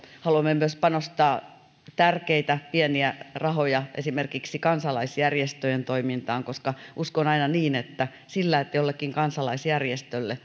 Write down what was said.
haluamme myös panostaa tärkeitä pieniä rahoja esimerkiksi kansalaisjärjestöjen toimintaan koska uskon aina niin että se että jollekin kansalaisjärjestölle